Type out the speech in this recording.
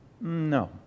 No